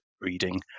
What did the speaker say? reading